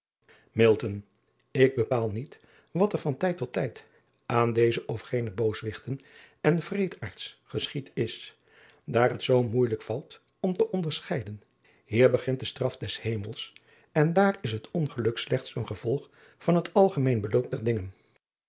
k bepaal niet wat er van tijd tot tijd aan deze of gene booswichten en wreedaards geschied is daar het zoo moeijelijk valt om te onderscheiden hier begint de straf des emels en daar is het ongeluk slechts een gevolg van het algemeen beloop der dingen